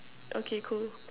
okay cool